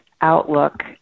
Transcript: outlook